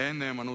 אין נאמנות,